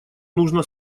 нужно